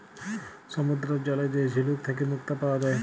সমুদ্দুরের জলে যে ঝিলুক থ্যাইকে মুক্তা পাউয়া যায়